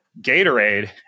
Gatorade